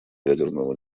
ядерного